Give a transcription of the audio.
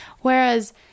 Whereas